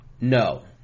No